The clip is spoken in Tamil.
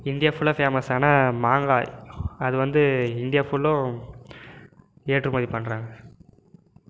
இந்தியா ஃபுல்லாக ஃபேமஸ்ஸான மாங்காய் அது வந்து இந்தியா ஃபுல்லும் ஏற்றுமதி பண்ணறாங்க